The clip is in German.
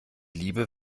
liebe